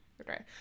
Okay